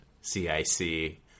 CIC